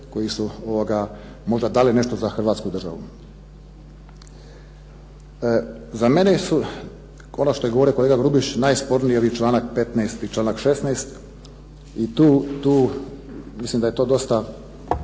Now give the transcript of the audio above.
koji su možda dali nešto za Hrvatsku državu. Za mene su ono što je govorio kolega Grubišić najsporniji članak 15. i članak 16., i tu mislim da je to dosta.